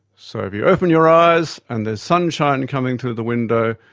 so if you open your eyes and there's sunshine coming through the window,